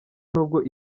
nubwo